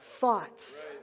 thoughts